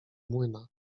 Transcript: młyna